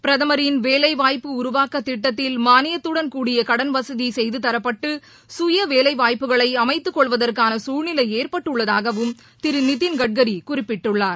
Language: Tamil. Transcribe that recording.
பிரதமரின் வேலை வாய்ப்பு உருவாக்கத் திட்டத்தில் மானியத்துடன் கூடிய கடன் வசதி செய்து தரப்பட்டு சுய வேலை வாய்ப்புகளை அமைத்துக் கொள்வதற்கான சூழ்நிலை ஏற்பட்டுள்ளதாகவும் திரு நிதின் கட்கரி குறிப்பிட்டுள்ளார்